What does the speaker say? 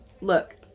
look